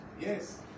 Yes